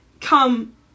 come